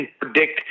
predict